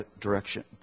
direction